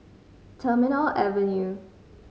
Terminal Avenue